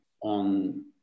on